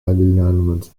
alignment